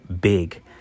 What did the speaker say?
big